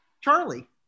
Charlie